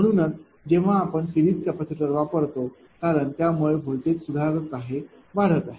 म्हणूनच जेव्हा आपण सिरीज कॅपेसिटर वापरतो कारण त्यामुळे व्होल्टेज सुधारत आहे वाढत आहे